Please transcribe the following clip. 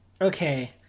Okay